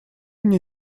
мне